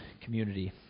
community